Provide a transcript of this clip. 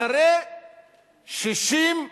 אחרי 64 שנים,